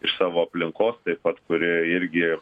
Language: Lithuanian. iš savo aplinkos taip pat kurie irgi